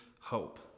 hope